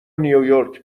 نییورک